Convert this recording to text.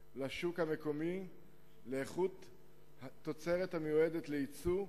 לשוק המקומי לאיכות התוצרת המיועדת לייצוא,